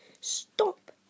Stop